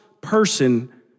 person